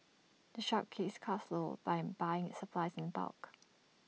the shop keeps its costs low by buying supplies in bulk